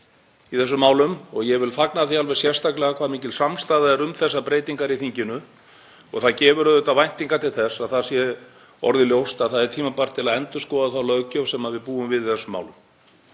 í þessum málum og ég vil fagna því alveg sérstaklega hvað mikil samstaða er um þessar breytingar í þinginu. Það gefur auðvitað væntingar um að það sé orðið ljóst að það er tímabært að endurskoða þá löggjöf sem við búum við í þessum málum.